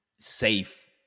safe